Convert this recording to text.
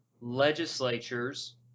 legislatures